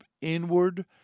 inward